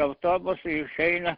autobusu išeina